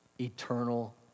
Eternal